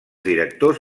directors